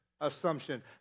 assumption